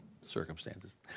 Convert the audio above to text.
circumstances